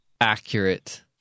accurate